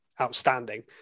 outstanding